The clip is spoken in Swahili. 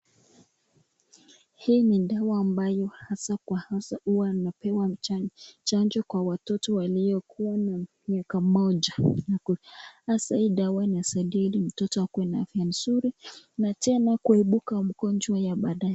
Hii ni dawa ambayo hasa kwa hasa hua anapewa chanjo kwa watoto waliokuwa na miaka moja. Hasa hii dawa inasaidia mtoto kuwa na afya nzuri na tena kuepuka mgonjwa ya baadae.